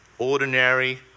Ordinary